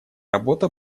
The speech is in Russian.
работа